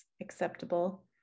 acceptable